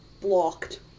blocked